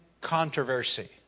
controversy